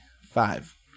five